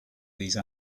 these